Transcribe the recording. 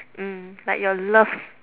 mm like your love